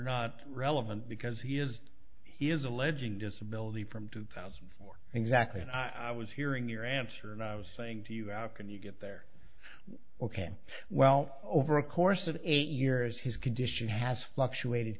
not relevant because he is he is alleging disability from two thousand and four and exactly and i was hearing your answer and i was saying to you out can you get there ok well over a course of eight years his condition has fluctuated